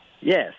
yes